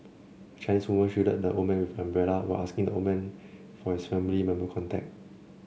a Chinese woman shielded the old man with an umbrella while asking the old man for his family member contact